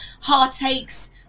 heartaches